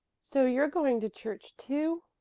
so you're going to church too,